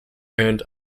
earned